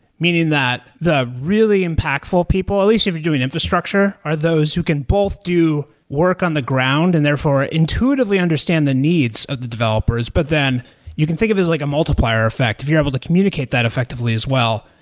meaning that the really impactful people, at least if you're doing infrastructure, are those who can both do work on the ground and therefore intuitively understand the needs of the developers. but then you can think of this like a multiplier effect. if you're able to communicate that effectively as well,